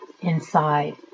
inside